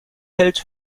hält